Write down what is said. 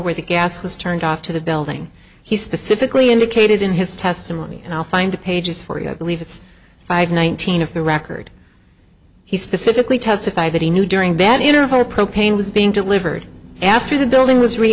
where the gas was turned off to the belding he specifically indicated in his testimony and i'll find the pages for you i believe it's five nineteen if the record he specifically testified that he knew during that interval the propane was being delivered after the building was re